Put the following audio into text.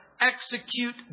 Execute